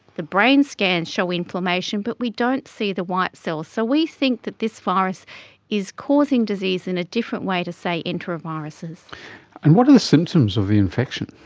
the brain scans show inflammation, but we don't see the white cells. so we think that this virus is causing disease in a different way to, say, enteroviruses. and what are the symptoms of the infection?